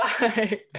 Bye